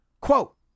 Quote